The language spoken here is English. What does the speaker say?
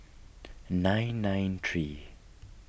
nine nine three